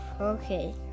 okay